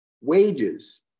Wages